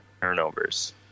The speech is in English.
turnovers